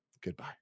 Goodbye